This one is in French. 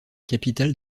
capitale